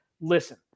Listen